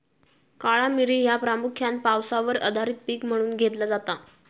काळा मिरी ह्या प्रामुख्यान पावसावर आधारित पीक म्हणून घेतला जाता